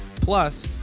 Plus